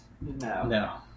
No